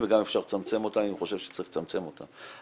וגם אפשר לצמצם אותם אם היא חושבת שצריך לצמצם אותם.